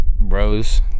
Bros